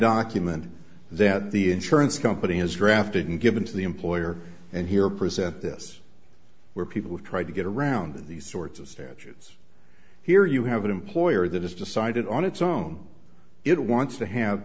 document that the insurance company has drafted and given to the employer and here present this where people have tried to get around these sorts of statutes here you have an employer that has decided on its own it wants to have